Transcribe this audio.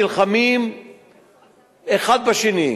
נלחמים האחד בשני.